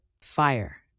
Fire